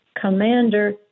commander